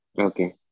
Okay